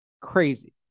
Crazy